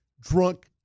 drunk